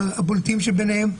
הבולטים שביניהם.